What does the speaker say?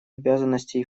обязанностей